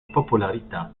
popolarità